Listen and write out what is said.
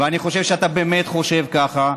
ואני חושב שאתה באמת חושב ככה,